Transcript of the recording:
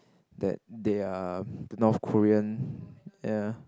that they are North-Korean ya